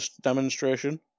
demonstration